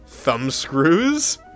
thumbscrews